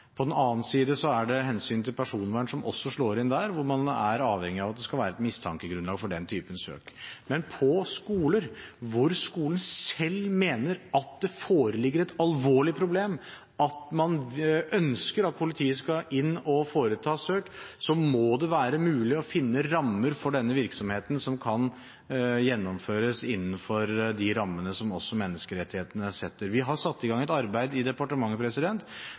På den annen side er det hensynet til personvern som også slår inn, hvor man er avhengig av at det skal være et mistankegrunnlag for den typen søk. Men på skoler hvor skolen selv mener at det foreligger et alvorlig problem og man ønsker at politiet skal komme inn og foreta søk, må det være mulig å finne rammer for denne virksomheten som kan gjennomføres også innenfor de rammene som menneskerettighetene setter. Vi har satt i gang et arbeid i departementet